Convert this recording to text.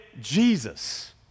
Jesus